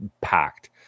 packed